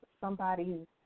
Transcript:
somebody's